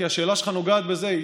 כי השאלה שלך נוגעת בזה.